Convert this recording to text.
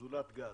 זולת גז?